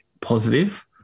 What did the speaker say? positive